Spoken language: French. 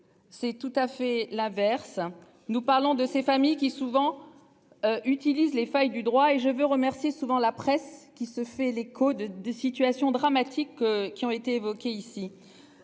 C'est tout à fait la verse, nous parlons de ces familles qui souvent. Utilisent les failles du droit et je veux remercier souvent la presse qui se fait l'écho de de situations dramatiques qui ont été évoqués ici.